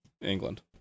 England